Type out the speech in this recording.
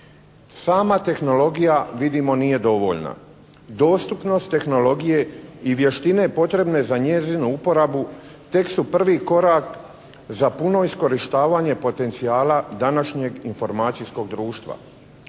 Sama tehnologija vidimo nije dovoljna. Dostupnost tehnologije i vještine potrebno je za njezinu uporabu, tek su prvi korak za puno iskorištavanje današnjeg informacijskog društva.